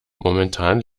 momentan